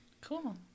Cool